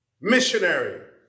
missionary